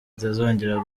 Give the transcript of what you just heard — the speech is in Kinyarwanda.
itazongera